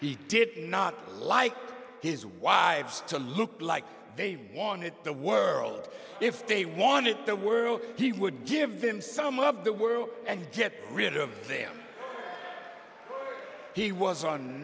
he did not like his wives to look like they wanted the world if they wanted the world he would give him some of the world and get rid of them but he was on